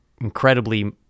incredibly